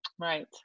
Right